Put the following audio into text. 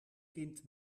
kind